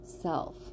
self